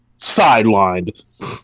Sidelined